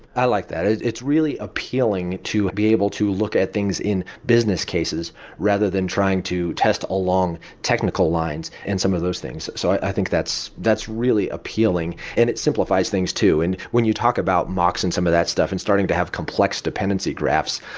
i like that. it's really appealing to be able to look at things in business cases rather than trying to test along technical lines and some of those things. so i think that's that's really appealing and it simplifies things too. when you talk about mocks and some of that stuff and starting to have complex dependency graphs,